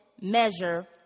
measure